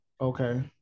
okay